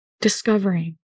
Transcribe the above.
discovering